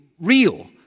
real